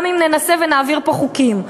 גם אם ננסה ונעביר פה חוקים.